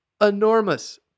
enormous